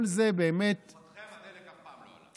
כל זה באמת, בתקופתכם הדלק אף פעם לא עלה.